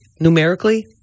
numerically